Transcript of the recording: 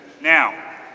Now